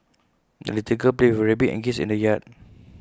the little girl played with her rabbit and geese in the yard